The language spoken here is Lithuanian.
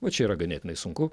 va čia yra ganėtinai sunku